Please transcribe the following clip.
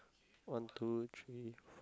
one two three